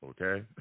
okay